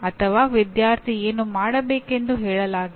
ಅಥವಾ ವಿದ್ಯಾರ್ಥಿ ಏನು ಮಾಡಬೇಕೆಂದು ಹೇಳಲಾಗಿಲ್ಲ